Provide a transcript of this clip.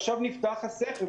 עכשיו נפתח הסכר.